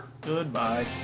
Goodbye